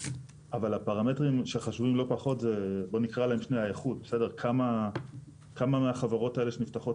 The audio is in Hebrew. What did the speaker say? אבל הפרמטרים שחשובים לא פחות זה כמה מהחברות האלה שנפתחות,